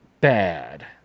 bad